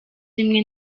rimwe